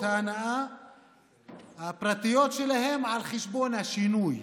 ההנאה הפרטיות שלהם על חשבון השינוי.